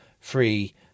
free